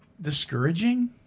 discouraging